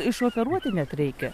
išoperuoti net reikia